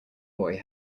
boy